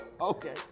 Okay